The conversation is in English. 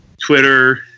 Twitter